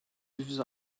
yüz